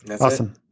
Awesome